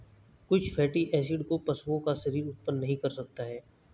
कुछ fatty acid को पशुओं का शरीर उत्पन्न नहीं कर सकता है